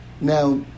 Now